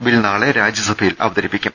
bill നാളെ രാജ്യസഭയിൽ അവതരിപ്പിക്കും